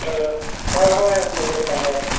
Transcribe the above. तर काय भाव आहे आपल्याकडे तांदळाचा